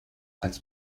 als